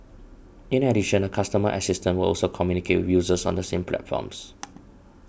in addition a customer assistant will also communicate with users on the same platforms